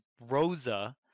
Rosa